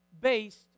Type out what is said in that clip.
based